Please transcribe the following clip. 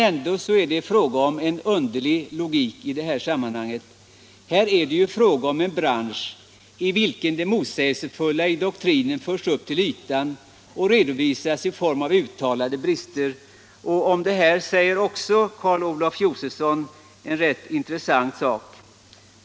Ändå är det en i detta sammanhang underlig logik. Här är det ju fråga om en bransch, i vilken det motsägelsefulla i doktrinen förts upp till ytan och redovisats i form av uttalade brister. Om detta, säger Carl Olof Josephson också någonting rätt intressant.